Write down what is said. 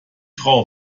frau